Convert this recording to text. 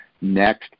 Next